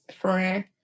friend